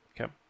Okay